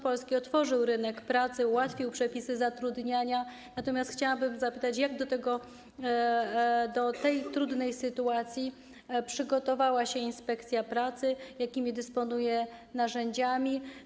Polski rząd otworzył rynek pracy, ułatwił zatrudnianie, natomiast chciałabym zapytać, jak do tej trudnej sytuacji przygotowała się inspekcja pracy i jakimi dysponuje narzędziami.